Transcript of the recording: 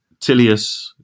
Tilius